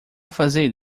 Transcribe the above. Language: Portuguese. fazer